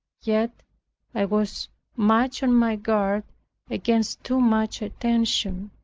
yet i was much on my guard against too much attention.